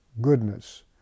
goodness